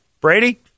Brady